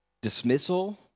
dismissal